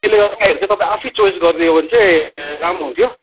त्यसले गर्दाखेरि तपाईँ आफै चोइस गरिदियो भने चाहिँ राम्रो हुन्थ्यो